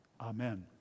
Amen